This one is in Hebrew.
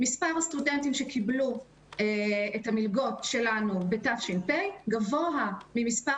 מספר הסטודנטים שקיבלו את המלגות שלנו בתש"פ גבוה ממספר